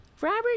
Robert